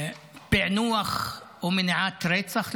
פענוח או מניעת רצח לאחרונה?